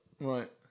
Right